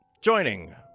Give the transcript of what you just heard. Joining